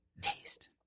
taste